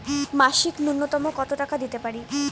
মাসিক নূন্যতম কত টাকা দিতে পারি?